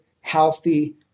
healthy